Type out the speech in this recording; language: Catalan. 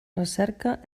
recerca